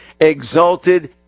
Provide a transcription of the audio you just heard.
exalted